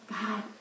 God